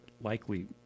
likely